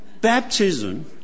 Baptism